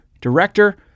director